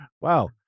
Wow